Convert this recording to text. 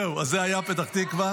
זהו, זה היה פתח תקווה.